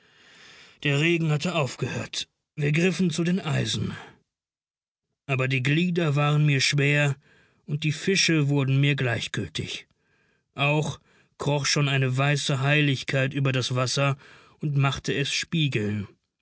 der regen hatte aufgehört wir griffen zu den eisen aber die glieder waren mir schwer und die fische wurden mir gleichgültig auch kroch schon eine weiße helligkeit über das wasser und machte es spiegeln